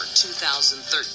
2013